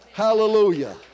Hallelujah